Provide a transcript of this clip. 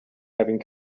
having